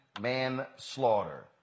manslaughter